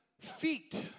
feet